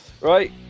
right